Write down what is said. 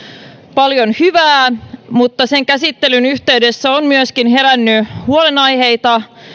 paljon hyvää mutta sen käsittelyn yhteydessä on myöskin herännyt huolenaiheita